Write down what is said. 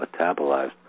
metabolized